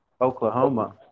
Oklahoma